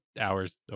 hours